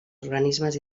organismes